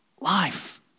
life